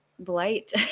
blight